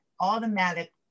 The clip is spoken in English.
automatic